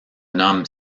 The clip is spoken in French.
nomme